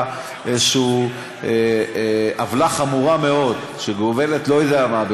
איזו עוולה חמורה מאוד שגובלת בלא-יודע-מה,